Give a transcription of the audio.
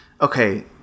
Okay